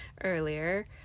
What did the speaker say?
earlier